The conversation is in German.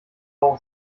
auch